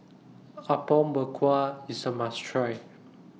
Apom Berkuah IS A must Try